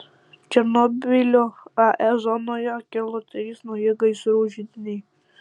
černobylio ae zonoje kilo trys nauji gaisrų židiniai